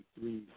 three